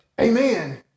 Amen